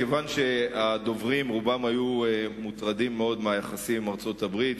מכיוון שרוב הדוברים היו מוטרדים מאוד מהיחסים עם ארצות-הברית,